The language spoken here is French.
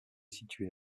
situé